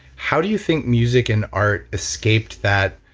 how do you think music and art escaped that